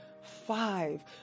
Five